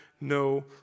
no